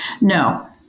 No